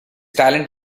talent